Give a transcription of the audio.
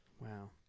Wow